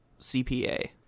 CPA